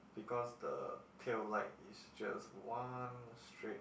because the pale light is just one straight